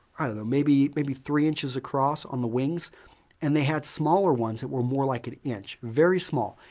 i don't know, maybe maybe three inches across on the wings and they had smaller ones that were more like an inch, very small.